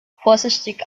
vorsichtig